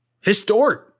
historic